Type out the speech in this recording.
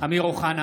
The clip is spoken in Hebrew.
אמיר אוחנה,